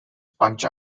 punch